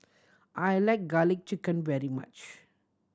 I like Garlic Chicken very much